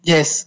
Yes